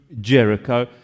Jericho